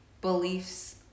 beliefs